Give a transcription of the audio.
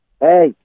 Hey